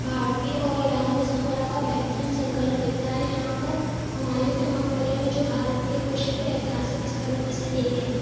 भारतीय और ईरानी वस्तुकला का बेहतरीन संकलन दिखता है यहाँ पर हुमायूँ के मकबरे में जो भारत के प्रसिद्ध ऐतिहासिक स्थलों में से एक है